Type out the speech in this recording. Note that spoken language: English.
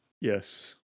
yes